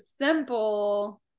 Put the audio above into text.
simple